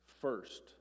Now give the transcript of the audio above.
first